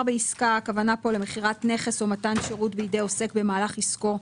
ב"עסקה" הכוונה ל"מכירת נכס או מתן שירות בידי עוסק במהלך עסקו,